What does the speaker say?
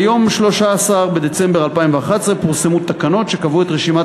ביום 13 בדצמבר 2011 פורסמו תקנות שקבעו את רשימת